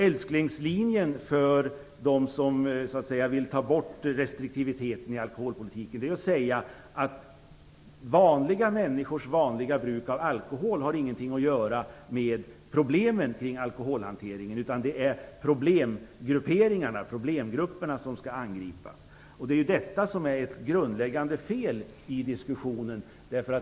Älsklingslinjen för dem som vill ta bort restriktiviteten i alkoholpolitiken är att säga att vanliga människors vanliga bruk av alkohol inte har något att göra med problemen kring alkoholhanteringen, utan att det är problemgrupperna som skall angripas. Det är det som är det grundläggande felet i diskussionerna.